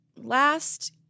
last